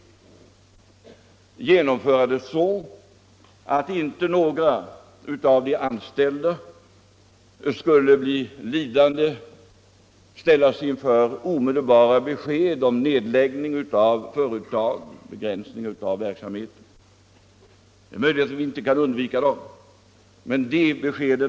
Vi skulle genomföra det så att inte några av de anställda skulle bli lidande, skulle ställas inför omedelbara besked om nedläggning av företag och begränsning av verksamheten. Det är möjligt att vi inte kan undvika sådana besked.